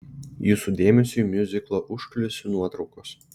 jūsų dėmesiui miuziklo užkulisių nuotraukos